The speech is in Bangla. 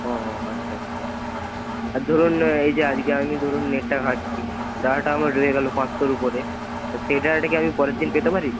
ও আচ্ছা আচ্ছা আর ধরুন এই যে আজকে আমি ধরুন নেটটা ঘাঁটছি ডাটাটা আমার রয়ে গেলো পাঁচশোর উপরে সেই ডাটাটা কি আমি পরের দিন পেতে পারি